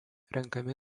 renkami